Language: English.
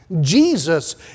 Jesus